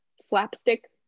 slapstick